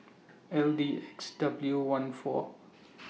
L D X W one four